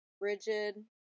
rigid